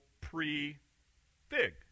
pre-fig